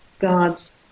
God's